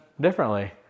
differently